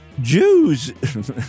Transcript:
Jews